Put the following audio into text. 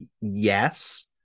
yes